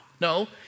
No